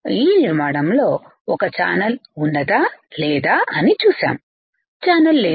ఈ నిర్మాణంలో ఒక ఛానల్ ఉన్నదా లేదా అని చూసాము ఛానల్ లేదు